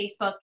Facebook